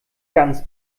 ganz